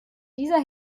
dieser